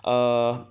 err